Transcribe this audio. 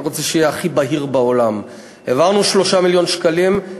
אני רק רוצה שיהיה הכי בהיר בעולם: העברנו 3 מיליון שקלים,